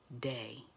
day